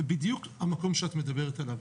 זה בדיוק המקום שאת מדברת עליו.